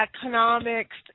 economics